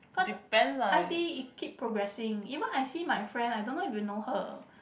cause I_T it keep progressing even I see my friend I don't know if you know her